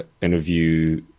interview